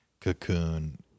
cocoon